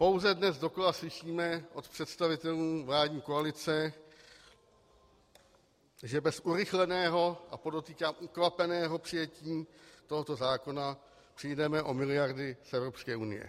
Pouze dnes dokola slyšíme od představitelů vládní koalice, že bez urychleného a podotýkám ukvapeného přijetí tohoto zákona přijdeme o miliardy z Evropské unie.